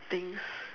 thing